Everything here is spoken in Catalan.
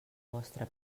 vostra